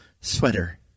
sweater